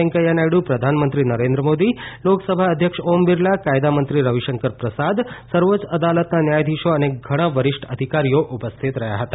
વેંકૈયા નાયડુ પ્રધાનમંત્રી નરેન્દ્ર મોદી લોકસભા અધ્યક્ષ ઓમ બિરલા કાયદા મંત્રી રવિશંકર પ્રસાદ સર્વોચ્ય અદાલતના ન્યાયાધીશો અને ઘણા વરિષ્ઠ અધિકારીઓ ઉપસ્થિત રહ્યા હતા